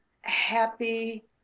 happy